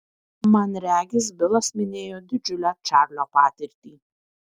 man regis bilas minėjo didžiulę čarlio patirtį